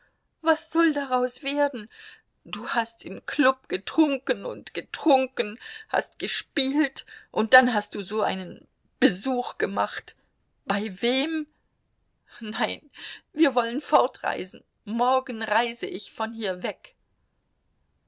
was soll daraus werden du hast im klub getrunken und getrunken hast gespielt und dann hast du so einen besuch gemacht bei wem nein wir wollen fortreisen morgen reise ich von hier weg